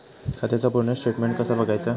खात्याचा पूर्ण स्टेटमेट कसा बगायचा?